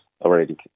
already